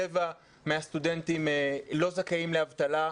רבע מהסטודנטים לא זכאים לאבטלה,